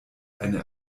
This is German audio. eine